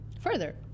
Further